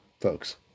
folks